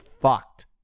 fucked